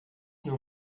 nur